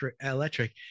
Electric